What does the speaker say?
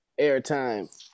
Airtime